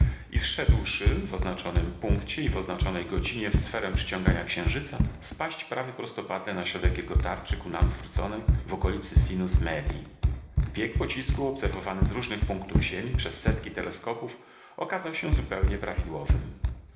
i wszedłszy w oznaczonym punkcie i w oznaczonej godzinie w sferę przyciągania księżyca spaść prawie prostopadle na środek jego tarczy ku nam zwróconej w okolicy sinus medii bieg pocisku obserwowany z różnych punktów ziemi przez setki teleskopów okazał się zupełnie prawidłowym